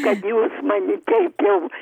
kad jūs mani teip jau